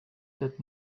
that